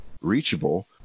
reachable